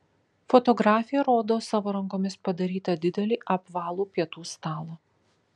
fotografė rodo savo rankomis padarytą didelį apvalų pietų stalą